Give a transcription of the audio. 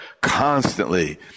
constantly